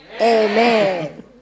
Amen